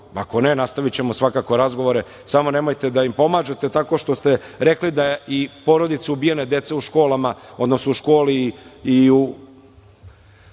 Ako ne, nastavićemo svakako razgovore samo nemojte da im pomažete tako što se rekli da je i porodice ubijene dece u školama, odnosno u školi i u